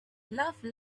love